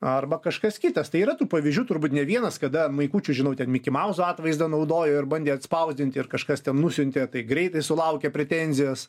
arba kažkas kitas tai yra tų pavyzdžių turbūt ne vienas kada maikučių žinau ten mikimauzo atvaizdą naudojo ir bandė atspausdinti ir kažkas ten nusiuntė tai greitai sulaukė pretenzijos